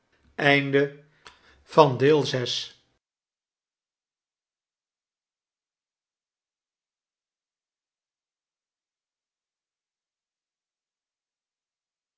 van de eene